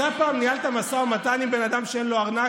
אתה פעם ניהלת משא ומתן עם בן אדם שאין לו ארנק?